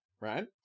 right